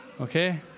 Okay